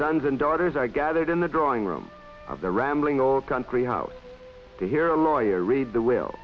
sons and daughters are gathered in the drawing room of the rambling old country house to hear a lawyer read the will